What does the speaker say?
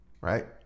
Right